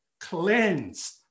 cleansed